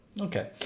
Okay